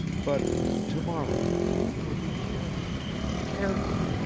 but to-morrow you will be careful careful